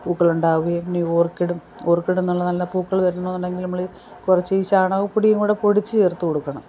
പൂക്കളുണ്ടാകുകയും പിന്നെ ഓർക്കിഡും ഓർക്കിഡ്ന്നൊള്ള നല്ല പൂക്കൾ വരണോന്നുണ്ടെങ്കിൽ നമ്മൾ കുറച്ചി ചാണകപ്പൊടിയും കൂടെ പൊടിച്ച് ചേർത്ത് കൊടുക്കണം